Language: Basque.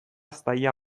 zaila